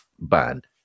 band